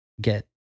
get